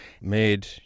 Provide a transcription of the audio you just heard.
Made